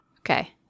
Okay